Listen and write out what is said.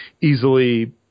easily